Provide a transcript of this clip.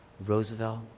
Roosevelt